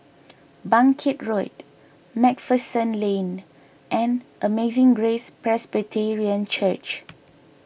Bangkit Road MacPherson Lane and Amazing Grace Presbyterian Church